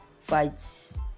fights